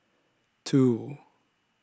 two